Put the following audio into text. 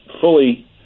fully